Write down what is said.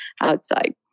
outside